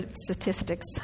statistics